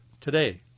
today